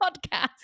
podcast